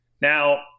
Now